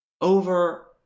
over